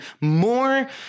more